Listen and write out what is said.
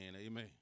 Amen